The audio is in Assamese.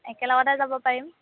একেলগতে যাব পাৰিম